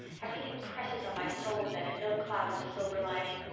everything presses on my soul then and no cloud has a silver lining.